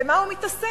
במה הוא מתעסק?